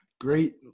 great